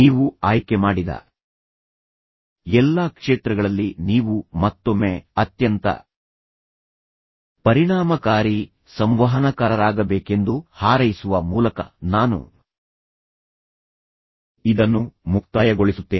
ನೀವು ಆಯ್ಕೆ ಮಾಡಿದ ಎಲ್ಲಾ ಕ್ಷೇತ್ರಗಳಲ್ಲಿ ನೀವು ಮತ್ತೊಮ್ಮೆ ಅತ್ಯಂತ ಪರಿಣಾಮಕಾರಿ ಸಂವಹನಕಾರರಾಗಬೇಕೆಂದು ಹಾರೈಸುವ ಮೂಲಕ ನಾನು ಇದನ್ನು ಮುಕ್ತಾಯಗೊಳಿಸುತ್ತೇನೆ